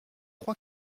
crois